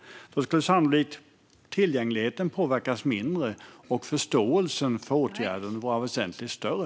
Då skulle tillgängligheten sannolikt påverkas mindre och förståelsen för åtgärden vara väsentligt större.